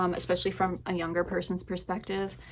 um especially from a younger person's perspective.